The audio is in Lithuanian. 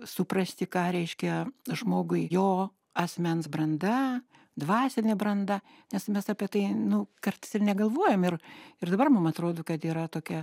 suprasti ką reiškia žmogui jo asmens branda dvasinė branda nes mes apie tai nu kartais ir negalvojam ir ir dabar mum atrodo kad yra tokia